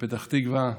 בפתח תקווה.